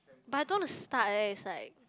but I don't want to start eh it's like